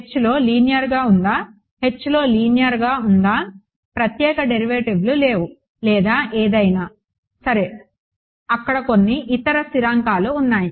హెచ్లో లీనియర్గా ఉందా హెచ్లో లీనియర్గా ఉందా ప్రత్యేక డెరివేటివ్లు లేవు లేదా ఏదైనా సరే అక్కడ కొన్ని ఇతర స్థిరాంకాలు ఉన్నాయి